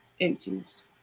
emptiness